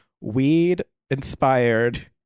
weed-inspired